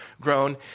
grown